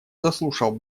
заслушал